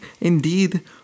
indeed